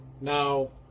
now